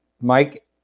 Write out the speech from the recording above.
Mike